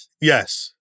yes